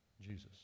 Jesus